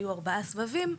היו ארבעה סבבים.